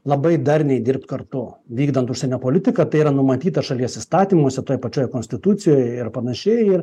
labai darniai dirbt kartu vykdant užsienio politiką tai yra numatyta šalies įstatymuose toj pačioj konstitucijoje ir panašiai ir